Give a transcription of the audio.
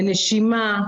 לנשימה,